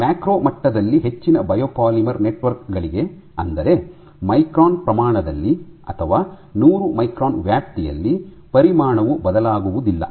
macro ಮಟ್ಟದಲ್ಲಿ ಹೆಚ್ಚಿನ biopolymer network ಗಳಿಗೆ ಅಂದರೆ ಮೈಕ್ರಾನ್ ಪ್ರಮಾಣದಲ್ಲಿ ಅಥವಾ ನೂರು ಮೈಕ್ರಾನ್ ವ್ಯಾಪ್ತಿಯಲ್ಲಿ ಪರಿಮಾಣವು ಬದಲಾಗುವುದಿಲ್ಲ